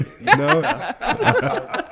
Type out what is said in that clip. No